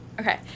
Okay